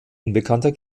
unbekannter